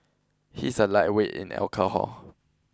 he is a lightweight in alcohol